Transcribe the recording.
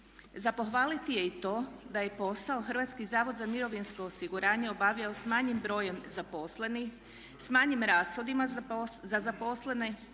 Za pohvaliti je i to da je posao HZMO obavljao s manjim brojem zaposlenih, s manjim rashodima za zaposlene